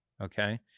Okay